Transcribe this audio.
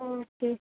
okay